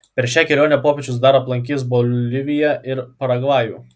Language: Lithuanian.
per šią kelionę popiežius dar aplankys boliviją ir paragvajų